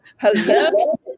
Hello